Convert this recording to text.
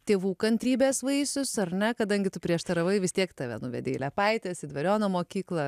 tėvų kantrybės vaisius ar ne kadangi tu prieštaravai vis tiek tave nuvedė į liepaites į dvariono mokyklą